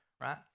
right